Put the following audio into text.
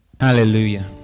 hallelujah